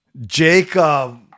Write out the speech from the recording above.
Jacob